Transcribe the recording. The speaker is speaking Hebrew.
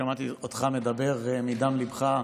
שמעתי אותך מדבר מדם ליבך,